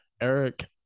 Eric